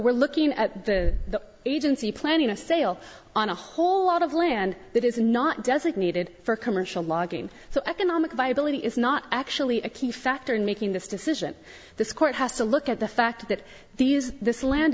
we're looking at the agency planning a sale on a whole lot of land that is not designated for commercial logging so economic viability is not actually a key factor in making this decision this court has to look at the fact that these this land